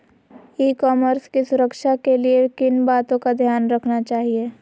ई commerce की सुरक्षा के लिए किन बातों का ध्यान रखना चाहिए?